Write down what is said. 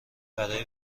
برای